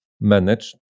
manage